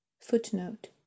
Footnote